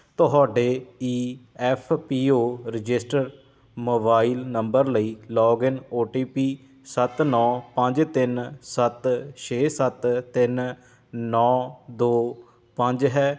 ਤੁਹਾਡੇ E F P O registered mobile number ਲਈ login O T P ਸੱਤ ਨੌ ਪੰਜ ਤਿੰਨ ਸੱਤ ਛੇ ਸੱਤ ਤਿੰਨ ਨੌ ਦੋ ਪੰਜ ਹੈ